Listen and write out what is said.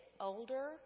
older